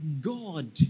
God